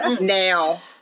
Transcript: now